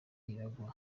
iragwa